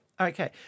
Okay